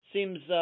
Seems